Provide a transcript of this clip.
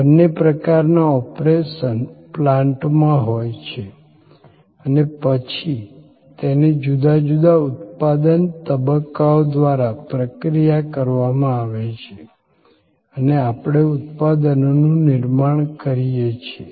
બંને પ્રકાર ઓપરેશન પ્લાન્ટમાં હોય છે અને પછી તેને જુદા જુદા ઉત્પાદન તબક્કાઓ દ્વારા પ્રક્રિયા કરવામાં આવે છે અને આપણે ઉત્પાદનોનું નિર્માણ કરીએ છીએ